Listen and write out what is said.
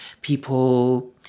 people